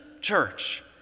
church